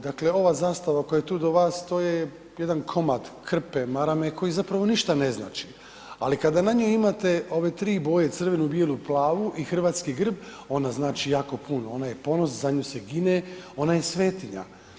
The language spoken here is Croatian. Dakle, ova zastava koja je tu do vas, to je jedan komad krpe, marame koja zapravo ništa ne znači, ali kada na njoj imate ove tri boje, crvenu, bijelu i plavu i hrvatski grb, onda znači jako puno, ona je ponos, za nju se gine, ona je svetinja.